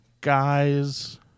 guys